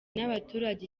n’abaturage